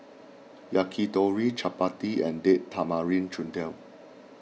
Yakitori Chapati and Date Tamarind Chutney